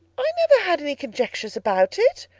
i never had any conjectures about it,